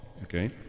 okay